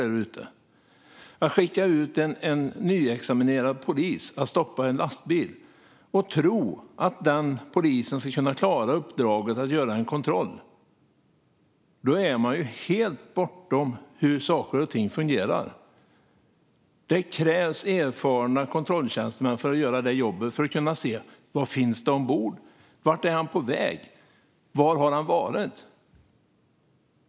Man kan inte skicka ut en nyutexaminerad polis att stoppa en lastbil och tro att denna polis ska kunna klara uppdraget att göra en kontroll. Då är man helt bortom hur saker och ting fungerar. Erfarna kontrolltjänstemän krävs för att göra jobbet och kunna se vad som finns ombord, vart föraren är på väg och var han har varit.